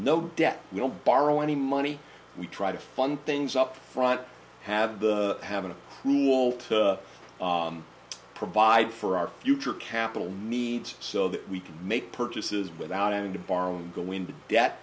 don't borrow any money we try to fund things up front have the have a rule to provide for our future capital needs so that we can make purchases without having to borrow and go into debt